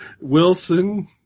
Wilson